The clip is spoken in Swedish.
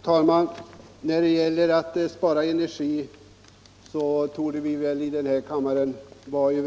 Herr talman! Intresset av att spara energi ligger oss alla här i kammaren varmt